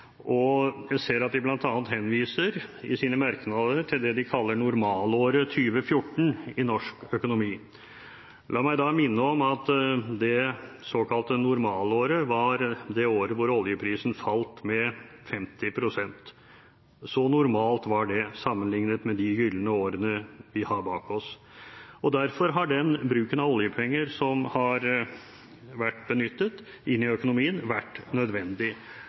Jeg ser at de bl.a. henviser i sine merknader til det de kaller «normalåret 2014» i norsk økonomi. La meg da minne om at det såkalte normalåret var det året da oljeprisen falt med 50 pst. – så normalt var det, sammenlignet med de gylne årene vi har bak oss. Derfor har den bruken av oljepenger som har vært benyttet inn i økonomien, vært nødvendig.